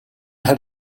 had